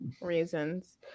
reasons